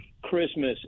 Christmas